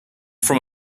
from